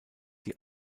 die